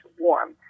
warm